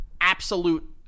absolute